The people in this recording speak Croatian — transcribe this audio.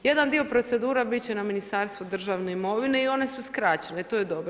Jedan dio procedura biti će na Ministarstvu državne imovine i one su skraćene, to je dobro.